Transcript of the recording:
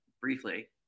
briefly